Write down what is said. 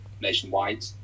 nationwide